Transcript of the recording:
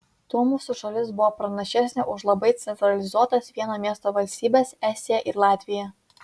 tuo mūsų šalis buvo pranašesnė už labai centralizuotas vieno miesto valstybes estiją ir latviją